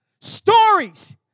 stories